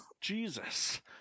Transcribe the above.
Jesus